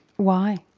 why?